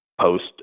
post